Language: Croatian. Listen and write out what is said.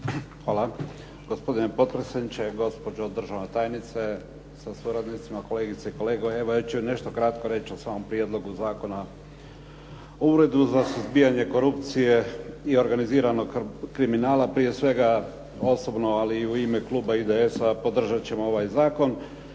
Hvala gospodine potpredsjedniče, gospođo državna tajnice sa suradnicima, kolegice i kolege. Evo, ja ću nešto kratko reći o samom Prijedlogu zakona o Uredu za suzbijanje korupcije i organiziranog kriminala. Prije svega, osobno, ali i u ime kluba IDS-a podržati ćemo ovaj zakon.